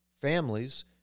families